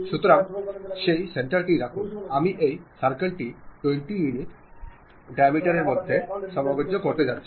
সুতরাং সেই সেন্টারটি রাখুন আমি এই সার্কেল টি 20 ইউনিট 20 ডায়ামিটার এর মধ্যে সামঞ্জস্য করতে যাচ্ছি